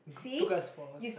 took us for sci~